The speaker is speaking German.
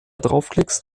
draufklickst